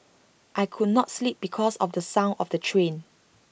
I could not sleep because of the son of the train